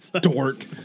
dork